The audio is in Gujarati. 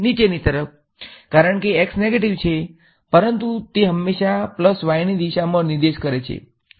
નિચેની તરફ કારણ કે x નેગેટિવ છે પરંતુ તે હંમેશાં પલ્સ y ની દિશામાં નિર્દેશ કરે છે